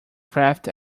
craft